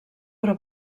però